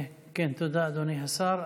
תודה, אדוני השר.